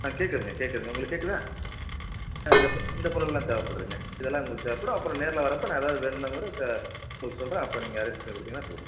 ஆ கேட்குதுங்க கேட்குதுங்க உங்களுக்கு கேட்குதா இந்த இந்த பொருளெல்லாம் தேவைப்படுதுங்க இதெல்லாம் உங்களுக்கு தேவைப்படும் அப்புறம் நேரில் வரப்போ நான் ஏதாவது வேணுன்னால் கூட த உங்களுக்கு சொல்கிறேன் அப்போ நீங்கள் அரேஞ்ச் பண்ணி கொடுத்தீங்கன்னா போதும்